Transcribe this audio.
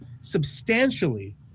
Substantially